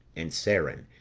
and seron,